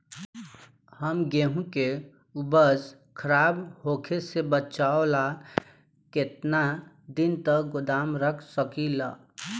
हम गेहूं के उपज खराब होखे से बचाव ला केतना दिन तक गोदाम रख सकी ला?